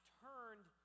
turned